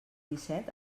disset